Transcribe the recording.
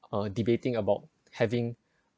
uh debating about having